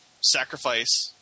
sacrifice